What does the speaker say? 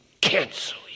cancel